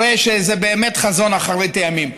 הרי זה באמת חזון אחרית הימים.